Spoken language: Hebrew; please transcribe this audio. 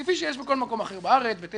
כפי שיש בכל מקום אחר בארץ,